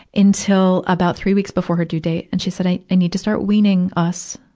until about three weeks before he due date, and she said, i i need to start weaning us,